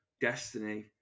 destiny